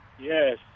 Yes